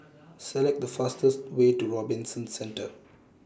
Select The fastest Way to Robinson Centre